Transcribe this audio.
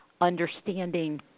understanding